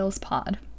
Pod